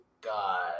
God